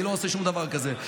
אני לא עושה שום דבר כזה.